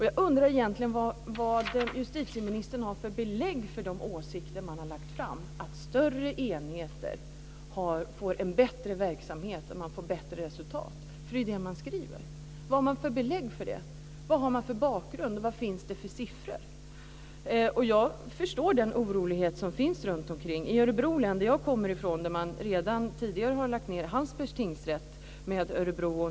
Jag undrar egentligen vad justitieministern har för belägg för de åsikter man för fram, att större enheter får en bättre verksamhet och bättre resultat. Det är ju det man skriver. Vad har man för belägg för det? Vad har man för bakgrund? Vilka siffror finns det? Jag förstår den oro som finns runtomkring. I Örebro län, som jag kommer ifrån, har man redan tidigare lagt ihop Hallsbergs tingsrätt med Örebro.